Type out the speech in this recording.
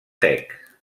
tec